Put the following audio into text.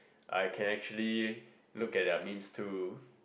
I can actually look at their memes too